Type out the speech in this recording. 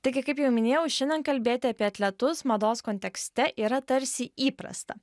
taigi kaip jau minėjau šiandien kalbėti apie atletus mados kontekste yra tarsi įprasta